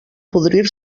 podrir